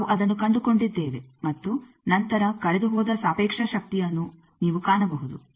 ನಾವು ಅದನ್ನು ಕಂಡುಕೊಂಡಿದ್ದೇವೆ ಮತ್ತು ನಂತರ ಕಳೆದುಹೋದ ಸಾಪೇಕ್ಷ ಶಕ್ತಿಯನ್ನು ನೀವು ಕಾಣಬಹುದು